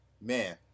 man